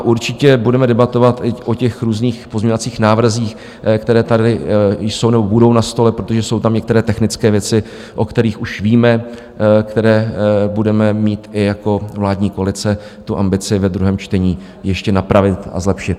Určitě budeme debatovat o těch různých pozměňovacích návrzích, které tady jsou nebo budou na stole, protože jsou tam některé technické věci, o kterých už víme, které budeme mít jako vládní koalice ambici ve druhém čtení ještě napravit a zlepšit.